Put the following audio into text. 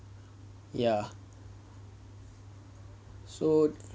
ya so